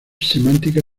semántica